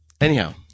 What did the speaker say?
Anyhow